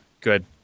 good